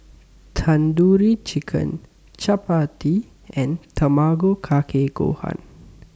Tandoori Chicken Chapati and Tamago Kake Gohan